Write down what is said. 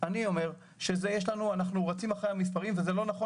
אני אומר שאנחנו רצים אחרי המספרים ולא נכון